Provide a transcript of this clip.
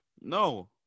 No